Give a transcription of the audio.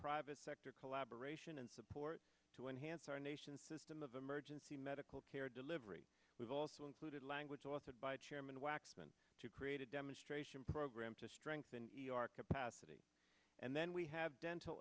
private sector collaboration and support to enhance our nation's system of emergency medical care delivery we've also included language authored by chairman waxman to create a demonstration program to strengthen our capacity and then we have dental